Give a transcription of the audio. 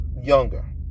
younger